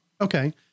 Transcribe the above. Okay